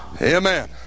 Amen